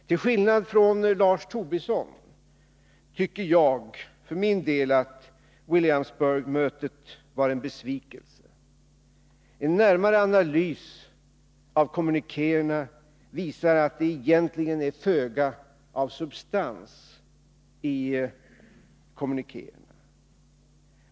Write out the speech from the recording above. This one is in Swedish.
Till skillnad från Lars Tobisson tycker jag att Williamsburgmötet var en besvikelse. En närmare analys av kommunikéerna visar att det är föga av substans i dem.